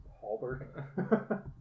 halberd